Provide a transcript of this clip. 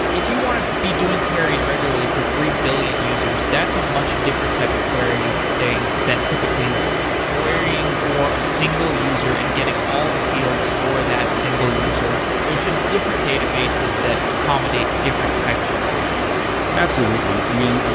if you want to be doing queries regularly for three billion users, that's a much different type of querying than typically querying for a single user and getting all the fields for that single user. there is just different databases that accommodate different types of queries absolutely. i mean, and